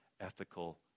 ethical